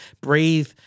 breathe